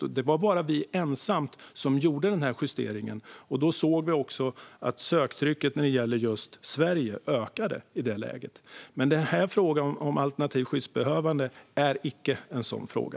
Vi var ensamma om att göra denna justering, och vi såg att söktrycket när det gäller just Sverige ökade i det läget. Men frågan om alternativt skyddsbehövande är icke en sådan fråga.